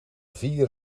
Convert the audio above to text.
vier